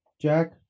Jack